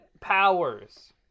powers